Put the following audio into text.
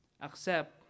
accept